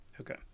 Okay